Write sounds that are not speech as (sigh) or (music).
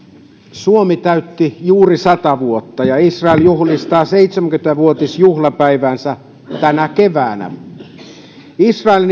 suomi täytti juuri sata vuotta ja israel juhlistaa seitsemänkymmentä vuotisjuhlapäiväänsä tänä keväänä israelin (unintelligible)